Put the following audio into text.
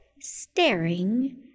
staring